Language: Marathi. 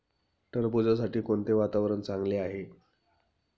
टरबूजासाठी कोणते वातावरण चांगले आहे?